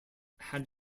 had